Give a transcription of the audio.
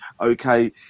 Okay